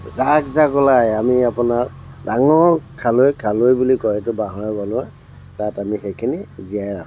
জাক জাক ওলাই আমি আপোনাৰ ডাঙৰ খালৈ খালৈ বুলি কয় সেইটো বাঁহৰে বনোৱা তাত আমি সেইখিনি জীয়াই ৰাখোঁ